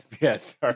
yes